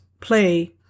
play